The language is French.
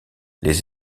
les